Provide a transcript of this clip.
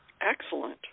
Excellent